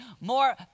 more